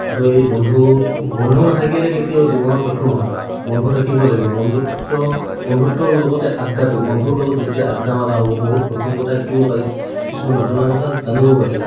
আৰু এই বন্ধু বন্ধু নাথাকিলে কেতিয়াও জীৱনত একো নহয় বন্ধু থাকিব লাগিব বন্ধুত্ব বন্ধুত্বৰ লগতে আদ্দাটো বন্ধুৰ লগত যেতিয়া আদ্দা মাৰা হ'ব বহুত নতুন কথা শিকিব পাৰি কিছুমান নজনা কথা জানিব পাৰি